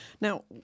Now